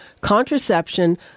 contraception